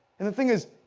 and the thing is,